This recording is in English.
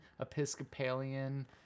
Episcopalian